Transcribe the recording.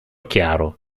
chiaro